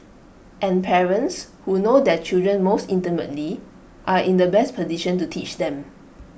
and parents who know their children most intimately are in the best petition to teach them